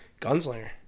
gunslinger